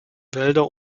wälder